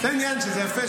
זה העניין שזה יפה,